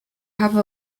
have